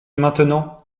maintenant